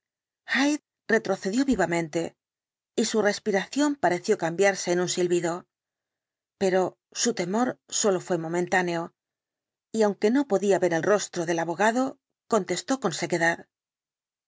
retrocedió vivamente y su respiración pareció cambiarse en un silvido pero su temor sólo fué momentáneo y aunque no podía ver el rostro del abogado contestó con sequedad